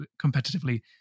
competitively